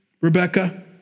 Rebecca